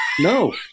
No